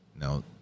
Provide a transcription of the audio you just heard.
No